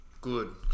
good